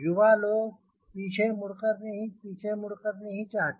युवा लोग पीछे मुड़कर नहीं चाहते